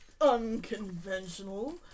unconventional